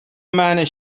many